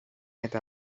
eta